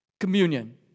Communion